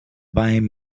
buying